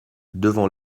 devant